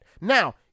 Now